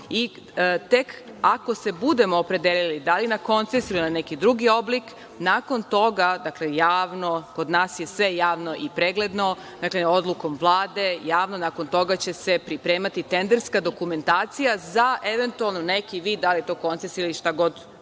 i tek ako se budemo opredelili da li na koncesiju ili na neki drugi oblik, nakon toga, dakle, javno, kod nas je sve javno i pregledno, dakle, odlukom Vlade, javno, nakon toga će se pripremati tenderska dokumentacija za eventualno neki vid da li je to koncesija ili šta god